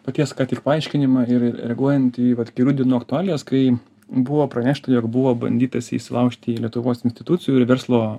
paties ką tik paaiškinimą ir reaguojant į vat kelių dienų aktualijas kai buvo pranešta jog buvo bandytasi įsilaužti į lietuvos institucijų ir verslo